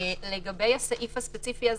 לגבי הסעיף הספציפי הזה,